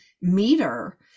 meter